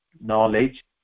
knowledge